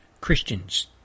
Christians